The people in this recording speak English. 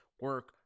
Work